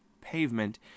pavement